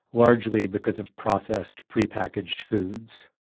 largely because of processed, prepackaged foods